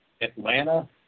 Atlanta